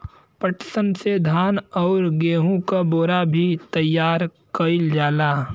पटसन से धान आउर गेहू क बोरा भी तइयार कइल जाला